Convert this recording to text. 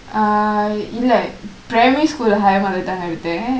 ah இல்ல:illa primary school higher mother tongkue எடுத்தேன்:eduthen